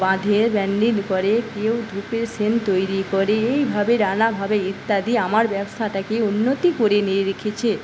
বাঁধে ব্র্যান্ডেড করে কেউ ধূপের সেন্ট তৈরি করে এইভাবে নানাভাবে ইত্যাদি আমার ব্যবসাটাকে উন্নতি করে নিয়ে রেখেছে